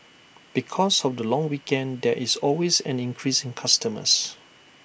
because of the long weekend there is always an increase in customers